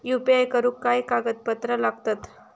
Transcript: UPI करुक काय कागदपत्रा लागतत?